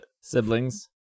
siblings